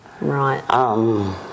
Right